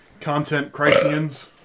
content-christians